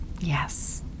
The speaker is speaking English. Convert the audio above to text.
Yes